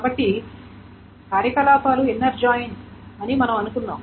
కాబట్టి కార్యకలాపాలు inner join అని మనం అనుకున్నాం